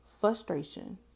frustration